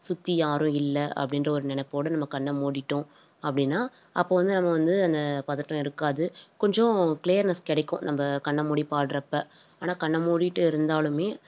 சுத்தி யாரும் இல்லை அப்படின்ற ஒரு நினப்போட நம்ம கண்ணை மூடிட்டோம் அப்படினா அப்போ வந்து நம்ம வந்து அந்த பதட்டம் இருக்காது கொஞ்சம் கிளீயர்னஸ் கிடைக்கும் நம்ம கண்ணை மூடி பாடுறப்ப ஆனால் கண்ணை மூடிட்டு இருந்தாலும்